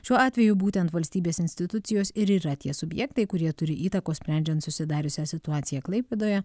šiuo atveju būtent valstybės institucijos ir yra tie subjektai kurie turi įtakos sprendžiant susidariusią situaciją klaipėdoje